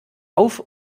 auf